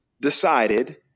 decided